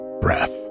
breath